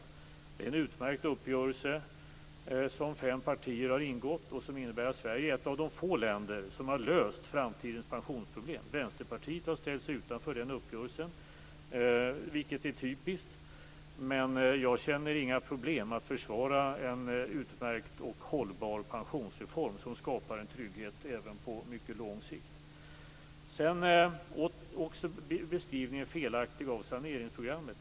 Det är en utmärkt uppgörelse som fem partier har ingått. Detta innebär att Sverige är ett av de få länder som har löst framtidens pensionsproblem. Vänsterpartiet har ställt sig utanför den uppgörelsen, vilket är typiskt. Men jag känner inga problem att försvara en utmärkt och hållbar pensionsreform som skapar en trygghet även på lång sikt. Beskrivningen av saneringsprogrammet är också felaktig.